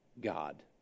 God